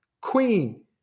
Queen